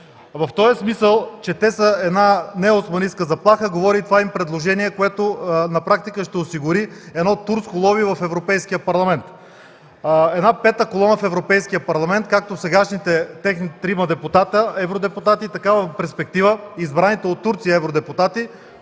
В този смисъл, че те са една неоосманистка заплаха говори това им предложение, което на практика ще осигури едно турско лоби в Европейския парламент. Една „пета колона” в Европейския парламент, както сегашните техни трима евродепутати, така и в перспектива избраните от Турция евродепутати.